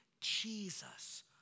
Jesus